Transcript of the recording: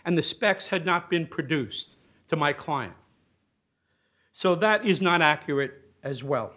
and the specs had not been produced to my client so that is not accurate as well